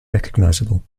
recognizable